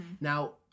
Now